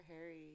Harry